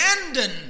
abandon